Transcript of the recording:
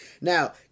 Now